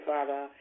Father